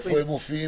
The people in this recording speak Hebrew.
איפה הם מופיעים?